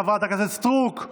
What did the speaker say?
חברת הכנסת סטרוק,